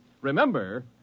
Remember